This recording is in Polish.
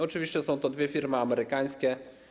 Oczywiście są to dwie firmy amerykańskie.